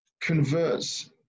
converts